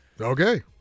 Okay